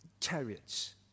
chariots